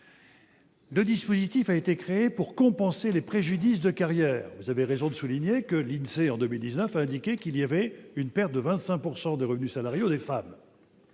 Le dispositif a été créé pour compenser les préjudices de carrière. Vous l'avez souligné à juste titre, l'Insee, en 2019, a indiqué qu'il existait une perte de 25 % des revenus salariaux des femmes.